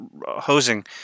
hosing